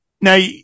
Now